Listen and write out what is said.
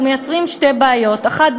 אנחנו מייצרים שתי בעיות: אחת,